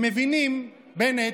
הם מבינים, בנט,